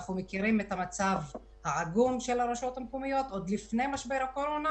אנחנו מכירים את המצב העגום של הרשויות המקומיות עוד לפני משבר הקורונה.